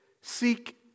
seek